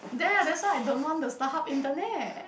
there that's why I don't want the Starhub internet